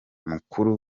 mukuru